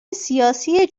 سیاسی